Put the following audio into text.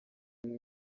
umwe